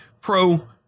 pro